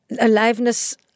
Aliveness